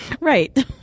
Right